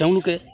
তেওঁলোকে